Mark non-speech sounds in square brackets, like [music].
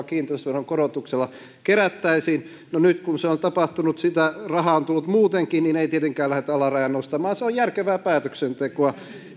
[unintelligible] kiinteistöveron korotuksella kerättäisiin no nyt kun se on tapahtunut sitä rahaa on tullut muutenkin niin ei tietenkään lähdetä alarajaa nostamaan se on järkevää päätöksentekoa